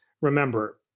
remember